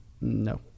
No